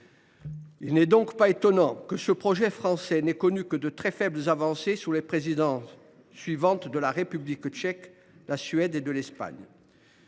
Il n’est donc pas étonnant que ce projet français n’ait connu que de très faibles avancées sous les présidences suivantes de la République tchèque, de la Suède et de l’Espagne.